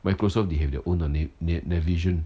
microsoft they have their own a uh Navision